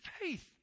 faith